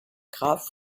graf